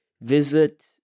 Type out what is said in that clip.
visit